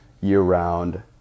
year-round